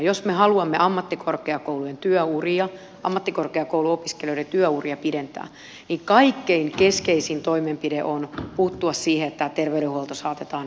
jos me haluamme ammattikorkeakouluopiskelijoiden työuria pidentää niin kaikkein keskeisin toimenpide on puuttua siihen että tämä terveydenhuolto saatetaan päiväjärjestykseen